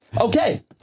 Okay